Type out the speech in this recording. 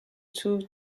two